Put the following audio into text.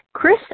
Chris